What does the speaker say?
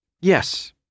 Yes